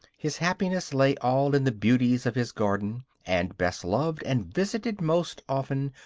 his happiness lay all in the beauties of his garden and best-loved, and visited most often,